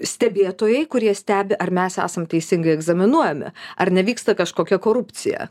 stebėtojai kurie stebi ar mes esam teisingai egzaminuojami ar nevyksta kažkokia korupcija